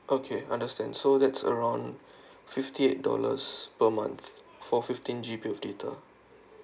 okay understand so that's around fifty eight dollars per month for fifteen G_B of data